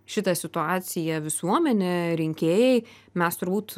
šitą situaciją visuomenė rinkėjai mes turbūt